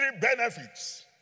benefits